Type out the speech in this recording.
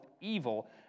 evil